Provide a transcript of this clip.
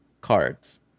cards